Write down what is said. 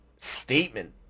statement